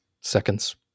seconds